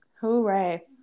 hooray